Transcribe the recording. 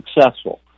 successful